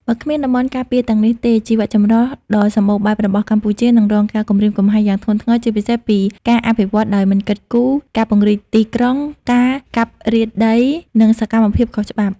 បើគ្មានតំបន់ការពារទាំងនេះទេ ជីវៈចម្រុះដ៏សម្បូរបែបរបស់កម្ពុជានឹងរងការគំរាមកំហែងយ៉ាងធ្ងន់ធ្ងរ ជាពិសេសពីការអភិវឌ្ឍដោយមិនគិតគូរ ការពង្រីកទីក្រុង ការកាប់រានដី និងសកម្មភាពខុសច្បាប់។